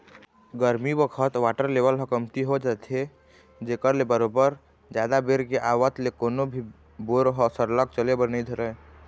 गरमी बखत water level ह कमती हो जाथे जेखर ले बरोबर जादा बेर के आवत ले कोनो भी बोर ह सरलग चले बर नइ धरय